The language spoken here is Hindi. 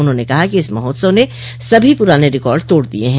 उन्होंने कहा कि इस महोत्सव ने सभी पुराने रिकॉर्ड तोड़ दिये हैं